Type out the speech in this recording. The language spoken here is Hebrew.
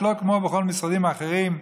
שלא כמו בכל המשרדים האחרים,